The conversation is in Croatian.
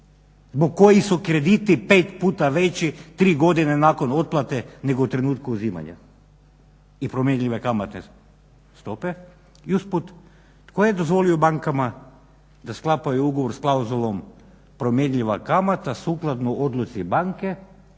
zbog kojih su krediti pet puta veći tri godine nakon otplate nego u trenutku uzimanja i promjenjive kamatne stope. I uz put tko je dozvolio bankama da sklapaju ugovor s klauzulom promjenjiva kamata sukladno odluci banke